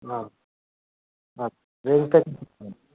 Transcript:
अँ हजुर एउटै